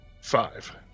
Five